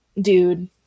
dude